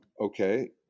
okay